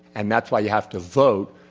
and that's why you have to vote,